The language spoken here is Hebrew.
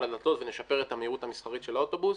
הדלתות ונשפר את המהירות המסחרית של האוטובוס,